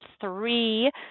three